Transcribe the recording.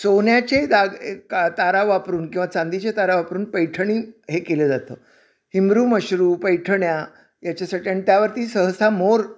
सोन्याचे दाग क तारा वापरून किंवा चांदीचे तारा वापरून पैठणी हे केलं जातं हिमरू मशरू पैठण्या याच्यासाठी त्यावरती सहसा मोर